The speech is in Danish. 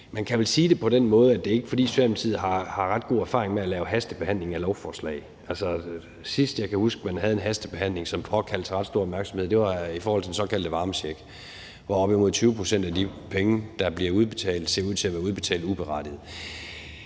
Man kan vel sige det på den måde, at det ikke er sådan, at Socialdemokratiet har ret god erfaring med at lave hastebehandlinger af lovforslag. Altså, jeg husker, at sidst man havde en hastebehandling, som påkaldte sig ret stor opmærksomhed, var i forhold til den såkaldte varmecheck, hvor op imod 20 pct. af de penge, der bliver udbetalt, ser ud til at være udbetalt uberettiget.